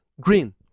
green